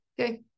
Okay